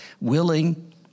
willing